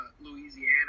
Louisiana